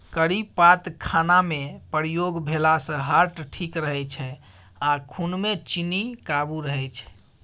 करी पात खानामे प्रयोग भेलासँ हार्ट ठीक रहै छै आ खुनमे चीन्नी काबू रहय छै